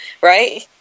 right